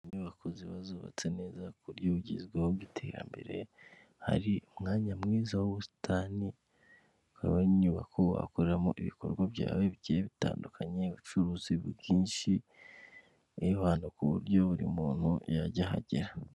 Inyubako ziba zubatse neza ,ku buryo bugezweho bw'iterambere hari umwanya mwiza w'ubusitani ,hakaba hari inyubayubako wakoramo ibikorwa byawe bitandukanye ,ubucuruzi bwinshi ewana ku buryo buri muntu yajya ahagera.